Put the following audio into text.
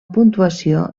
puntuació